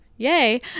yay